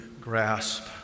grasp